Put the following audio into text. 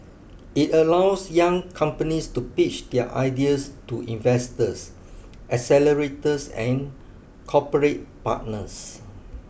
it allows young companies to pitch their ideas to investors accelerators and corporate partners